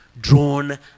drawn